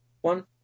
one